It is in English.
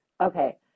Okay